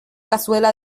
cazuela